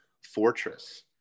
fortress